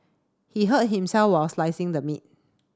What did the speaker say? he hurt himself while slicing the meat